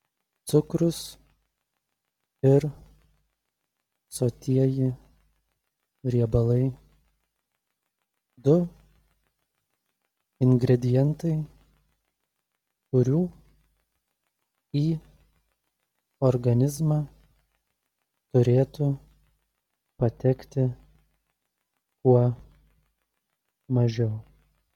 cukrus ir sotieji riebalai du ingredientai kurių į organizmą turėtų patekti kuo mažiau